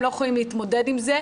הם לא יכולים להתמודד עם זה.